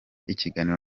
ikiganiro